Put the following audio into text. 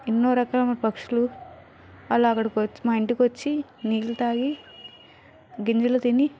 ఎన్నో రకాల పక్షులు అలా అక్కడకు వచ్చి మా ఇంటికి వచ్చి నీళ్లు తాగి గింజలు తిని